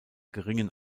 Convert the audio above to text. geringen